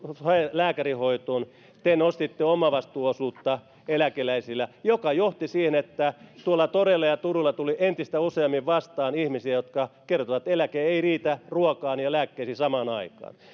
lääkärihoitoon te nostitte omavastuuosuutta eläkeläisille mikä johti siihen että tuolla toreilla ja turuilla tuli entistä useammin vastaan ihmisiä jotka kertoivat että eläke ei riitä ruokaan ja lääkkeisiin samaan aikaan